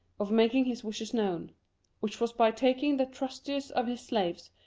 of making his wishes known which was by taking the trustiest of his slaves,